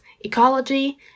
ecology